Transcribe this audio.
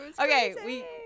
Okay